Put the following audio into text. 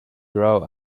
grow